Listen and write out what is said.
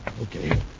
Okay